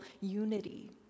unity